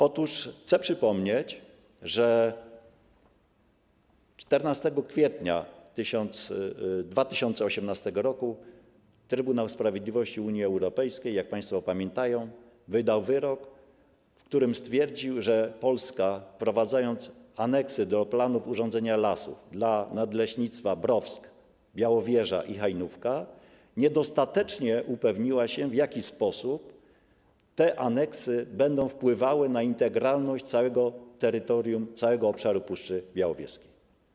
Otóż chcę przypomnieć, że 14 kwietnia 2018 r. Trybunał Sprawiedliwości Unii Europejskiej, jak państwo pamiętają, wydał wyrok, w którym stwierdził, że Polska, wprowadzając aneksy do planów urządzenia lasów dla nadleśnictw Browsk, Białowieża i Hajnówka, niedostatecznie upewniła się, w jaki sposób te aneksy będą wpływały na integralność całego terytorium, całego obszaru Puszczy Białowieskiej.